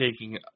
taking